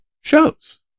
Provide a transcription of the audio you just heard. shows